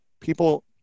people